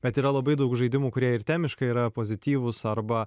bet yra labai daug žaidimų kurie ir termiškai yra pozityvūs arba